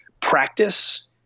practice